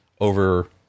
over